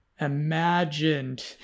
imagined